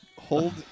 hold